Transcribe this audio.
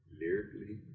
lyrically